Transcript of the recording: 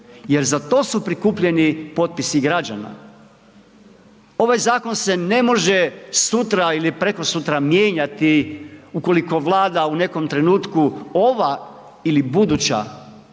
jer za to su prikupljeni potpisi građana, ovaj zakon se ne može sutra ili prekosutra mijenjati ukoliko Vlada u nekom trenutku, ova ili buduća